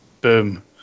Boom